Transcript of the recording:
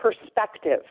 perspective